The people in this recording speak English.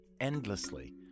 endlessly